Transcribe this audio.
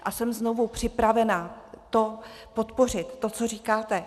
A jsem znovu připravena podpořit, to, co říkáte.